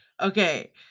Okay